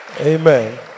Amen